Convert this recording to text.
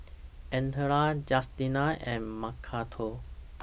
Ardella Justina and Macarthur